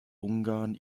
ungarn